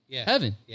Heaven